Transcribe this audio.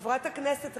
חברת הכנסת רגב,